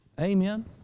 Amen